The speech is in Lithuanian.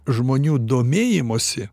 žmonių domėjimosi